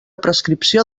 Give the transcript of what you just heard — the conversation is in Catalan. prescripció